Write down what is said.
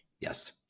Yes